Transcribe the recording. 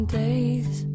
days